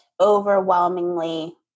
overwhelmingly